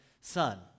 Son